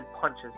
punches